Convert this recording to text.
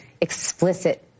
explicit